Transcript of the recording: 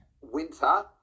winter